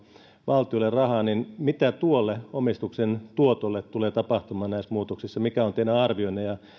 valtiolle rahaa mitä tuolle omistuksen tuotolle tulee tapahtumaan näissä muutoksissa mikä on teidän arvionne ja